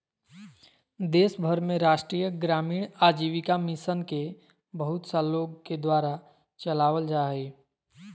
देश भर में राष्ट्रीय ग्रामीण आजीविका मिशन के बहुत सा लोग के द्वारा चलावल जा हइ